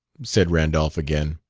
said randolph again.